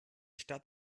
stadt